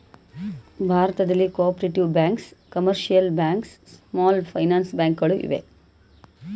ಭಾರತದಲ್ಲಿ cooperative banks, commercial banks, small finance bank ಗಳು ಇವೆ